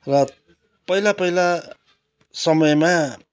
रात पहिला पहिला समयमा